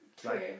True